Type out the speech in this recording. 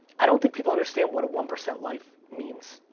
i don't think people understand what a one percent life means.